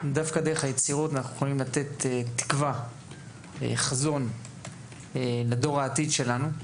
דווקא דרך היצירות אנחנו יכולים לתת תקווה וחזון לדור העתיד שלנו.